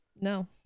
No